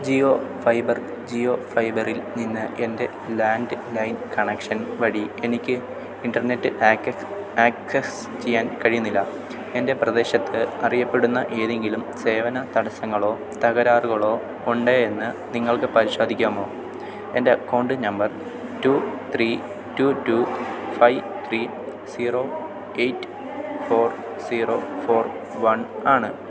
Jio fibre Jio ഫൈബറിൽ നിന്ന് എൻ്റെ ലാൻഡ് ലൈൻ കണക്ഷൻ വഴി എനിക്ക് ഇൻറ്റർനെറ്റ് ആക്സസ് ചെയ്യാൻ കഴിയുന്നില്ല എൻ്റെ പ്രദേശത്ത് അറിയപ്പെടുന്ന ഏതെങ്കിലും സേവന തടസ്സങ്ങളോ തകരാറുകളോ ഉണ്ടോ എന്നു നിങ്ങൾക്കു പരിശോധിക്കാമോ എൻ്റെ account number two three two two five three zero eight four zero four one ആണ്